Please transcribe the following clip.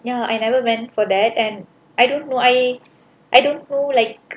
ya I never went for that and I don't know I I don't know like